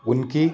उनकी